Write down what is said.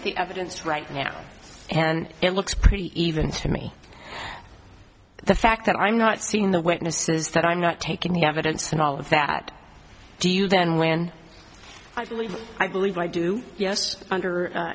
at the evidence right now and it looks pretty even steamy the fact that i'm not seeing the witnesses that i'm not taking the evidence and all of that do you then when i believe i believe i do yes under